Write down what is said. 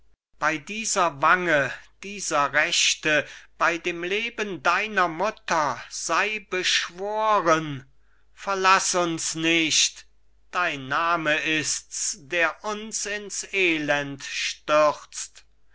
bei dieser wange dieser rechte bei dem leben deiner mutter sei beschworen verlaß uns nicht dein name ist's der uns ins elend stürzt